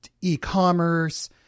e-commerce